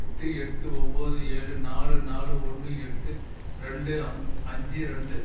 எட்டு எட்டு ஒம்பது ஏழு நாலு நாலு ஒன்று எட்டு ரெண்டு அஞ்சு ரெண்டு